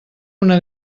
una